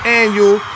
annual